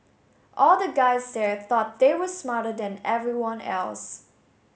all the guys there thought they were smarter than everyone else